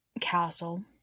castle